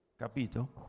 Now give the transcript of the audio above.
Capito